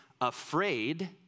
afraid